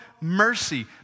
mercy